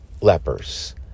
lepers